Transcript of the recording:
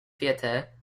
theatre